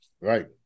Right